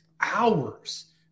hours